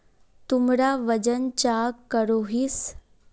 तुमरा वजन चाँ करोहिस?